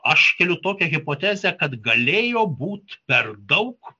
aš keliu tokią hipotezę kad galėjo būt per daug